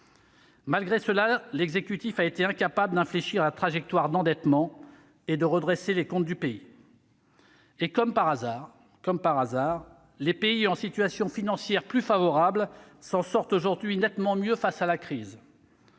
Malgré cela, l'exécutif a été incapable d'infléchir la trajectoire d'endettement et de redresser les comptes du pays. Comme par hasard, les pays en situation financière plus favorable s'en sortent aujourd'hui nettement mieux face à la crise,